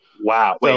Wow